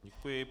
Děkuji.